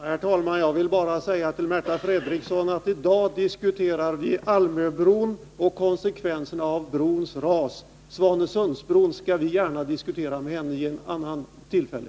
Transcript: Herr talman! Jag vill bara säga till Märta Fredrikson att vi i dag diskuterar Almöbron och konsekvenserna av brons ras. Svanesundsbron skall vi gärna diskutera vid ett annat tillfälle.